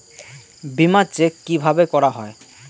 বিমা চেক কিভাবে করা হয়?